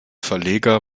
verleger